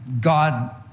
God